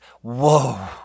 whoa